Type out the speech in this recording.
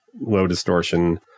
low-distortion